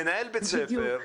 מנהל בית ספר,